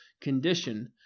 condition